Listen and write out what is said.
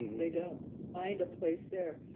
um they don't find a place there.